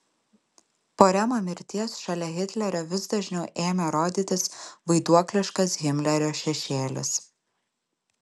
po remo mirties šalia hitlerio vis dažniau ėmė rodytis vaiduokliškas himlerio šešėlis